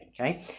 Okay